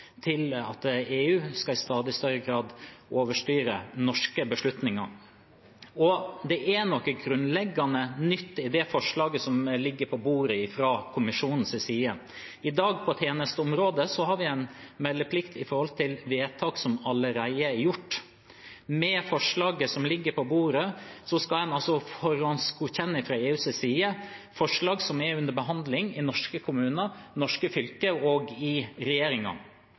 til at EU i stadig større grad skal overstyre norske beslutninger. Det er noe grunnleggende nytt i det forslaget som ligger på bordet fra Kommisjonens side. På tjenesteområdet i dag har vi en meldeplikt for vedtak som allerede er gjort. Med forslaget som ligger på bordet, skal en fra EUs side forhåndsgodkjenne forslag som er under behandling i norske kommuner, i norske fylker og i